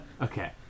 Okay